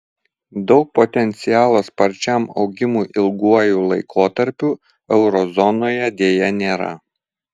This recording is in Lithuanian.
daug potencialo sparčiam augimui ilguoju laikotarpiu euro zonoje deja nėra